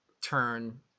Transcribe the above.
turn